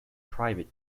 private